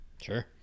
sure